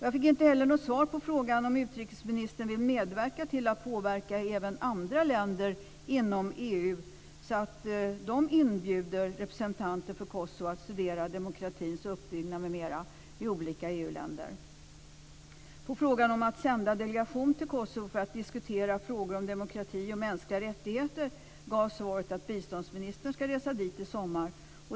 Jag fick inte heller något svar på frågan om utrikesministern vill medverka till att påverka även andra länder inom EU så att de inbjuder representanter för Kosovo att studera demokratins uppbyggnad m.m. i olika EU-länder. På frågan om att sända delegation till Kosovo för att diskutera frågor om demokrati och mänskliga rättigheter gavs svaret att biståndsministern ska resa dit i sommar.